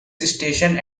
station